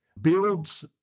builds